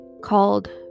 called